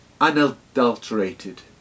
unadulterated